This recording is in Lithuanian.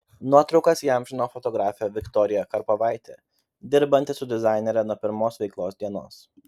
nuotraukas įamžino fotografė viktorija karpovaitė dirbanti su dizainere nuo pirmos veiklos dienos